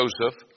Joseph